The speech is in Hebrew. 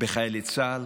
בחיילי צה"ל